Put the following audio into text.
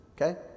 Okay